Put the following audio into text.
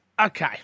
Okay